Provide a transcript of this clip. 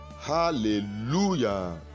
Hallelujah